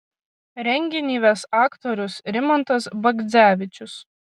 renginį ves aktorius rimantas bagdzevičius